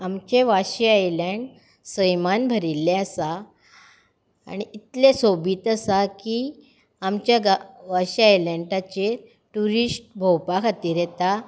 आमचे वाशी आयलैंड सैमान भरिल्लें आसा आनी इतलें सोबीत आसा की आमच्या वाशी आयलैंडाचेर ट्युरिस्ट भोंवपा खातीर येता